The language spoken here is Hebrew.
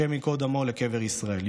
השם ייקום דמו, לקבר ישראל.